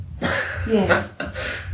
Yes